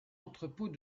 entrepôt